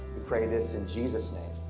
we pray this in jesus' name.